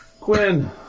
Quinn